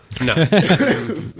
No